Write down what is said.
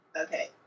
Okay